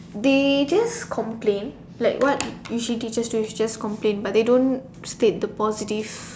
they just complain like what usually teacher do is just complain but they don't state the positive